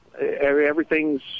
everything's